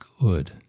Good